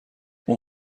اون